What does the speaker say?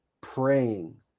Praying